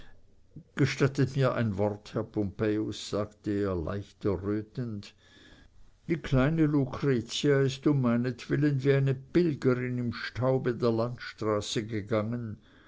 gestattet mir ein wort herr pompejus sagte er leicht errötend die kleine lucretia ist um meinetwillen wie eine pilgerin im staube der landstraße gegangen